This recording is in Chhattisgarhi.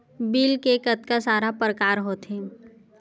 बिल के कतका सारा प्रकार होथे?